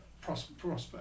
prospect